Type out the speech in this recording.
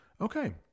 Okay